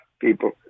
people